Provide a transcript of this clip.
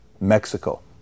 Mexico